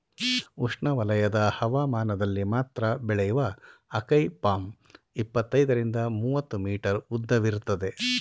ಉಷ್ಣವಲಯದ ಹವಾಮಾನದಲ್ಲಿ ಮಾತ್ರ ಬೆಳೆಯುವ ಅಕೈ ಪಾಮ್ ಇಪ್ಪತ್ತೈದರಿಂದ ಮೂವತ್ತು ಮೀಟರ್ ಉದ್ದವಿರ್ತದೆ